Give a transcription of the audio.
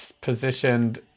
positioned